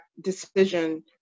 decision